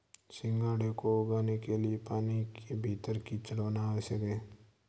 सिंघाड़े को उगाने के लिए पानी के भीतर कीचड़ होना आवश्यक है